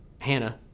Hannah